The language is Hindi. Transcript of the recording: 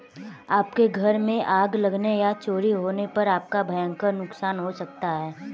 आपके घर में आग लगने या चोरी होने पर आपका भयंकर नुकसान हो सकता है